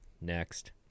Next